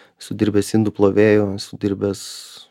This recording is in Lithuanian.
esu dirbęs indų plovėju esu dirbęs